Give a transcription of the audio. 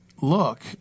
look